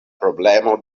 problemo